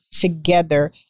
together